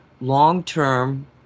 long-term